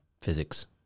physics